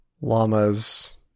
llamas